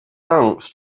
thanks